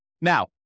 Now